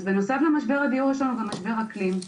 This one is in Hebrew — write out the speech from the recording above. אז בנוסף למשבר הדיור יש לנו משבר אקלים,